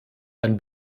ein